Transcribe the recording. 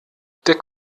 der